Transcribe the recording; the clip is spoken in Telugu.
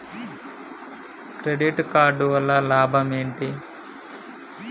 క్రెడిట్ కార్డు వల్ల లాభం ఏంటి?